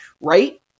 Right